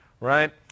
right